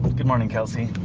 but good morning kelsey!